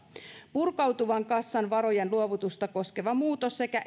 purkautuvan kassan varojen luovutusta koskevan muutoksen sekä